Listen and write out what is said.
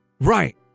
Right